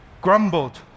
grumbled